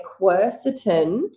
quercetin